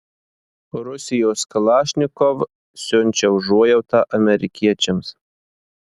rusijos kalašnikov siunčia užuojautą amerikiečiams